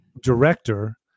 director